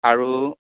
আৰু